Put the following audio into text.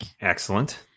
Excellent